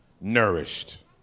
Nourished